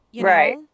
Right